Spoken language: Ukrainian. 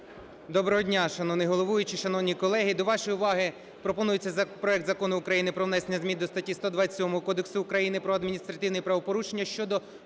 Доброго дня, шановний головуючий, шановні колеги! До вашої уваги пропонується проект Закону про внесення змін до статті 127 Кодексу України про адміністративні правопорушення щодо